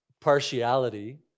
partiality